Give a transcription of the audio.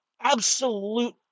absolute